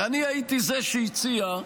ואני הייתי זה שהציע,